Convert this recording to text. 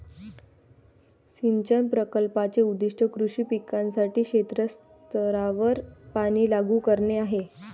सिंचन प्रकल्पाचे उद्दीष्ट कृषी पिकांसाठी क्षेत्र स्तरावर पाणी लागू करणे आहे